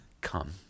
come